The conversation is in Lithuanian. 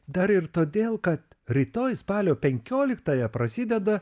dar ir todėl kad rytoj spalio penkioliktąją prasideda